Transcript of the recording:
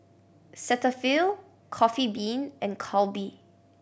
Cetaphil Coffee Bean and Calbee